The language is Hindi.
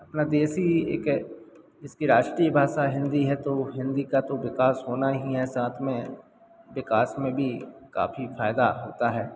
अपना देश ही एक इसकी राष्ट्रीय भाषा हिन्दी है तो हिन्दी का तो विकास होना ही है साथ में विकास में भी काफी फ़ायदा होता है